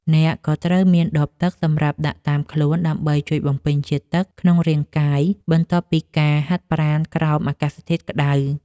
អ្នកក៏ត្រូវមានដបទឹកសម្រាប់ដាក់តាមខ្លួន ដើម្បីជួយបំពេញជាតិទឹកក្នុងរាងកាយ បន្ទាប់ពីការហាត់ប្រាណក្រោមអាកាសធាតុក្ដៅ។